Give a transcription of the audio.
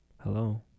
Hello